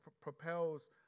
propels